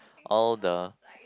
all the